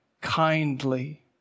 kindly